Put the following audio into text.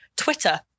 twitter